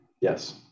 Yes